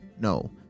no